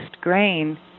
grain